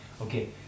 Okay